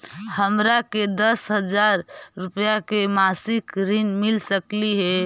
हमरा के दस हजार रुपया के मासिक ऋण मिल सकली हे?